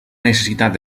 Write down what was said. necessitat